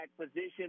position